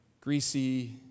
greasy